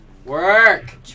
Work